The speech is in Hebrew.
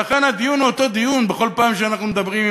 ולכן הדיון הוא אותו דיון בכל פעם שאנחנו מדברים,